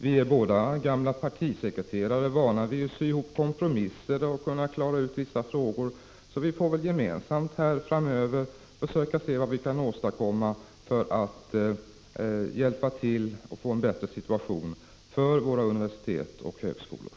Vi är båda gamla partisekreterare, vana vid att sy ihop kompromisser och klara ut vissa frågor, så vi får väl framöver gemensamt se vad vi kan åstadkomma för att hjälpa till att skapa en bättre situation för våra universitet och högskolor.